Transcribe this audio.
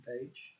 page